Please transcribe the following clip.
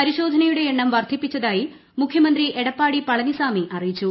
പരിശോധനയുടെ എണ്ണം വർദ്ധിപ്പിച്ചതായി മുഖ്യമന്ത്രി എടപ്പാടി പളനിസാമി അറിയിച്ചു